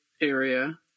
area